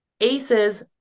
ACEs